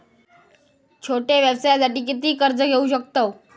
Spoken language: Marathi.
छोट्या व्यवसायासाठी किती कर्ज घेऊ शकतव?